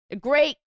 Great